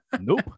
Nope